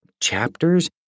chapters